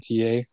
TA